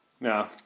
No